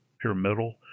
pyramidal